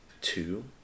two